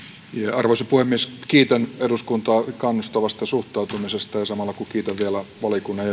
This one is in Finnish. arvoisa puhemies kiitän eduskuntaa kannustavasta suhtautumisesta ja samalla kun kiitän vielä valiokunnan